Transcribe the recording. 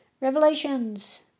Revelations